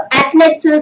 athletes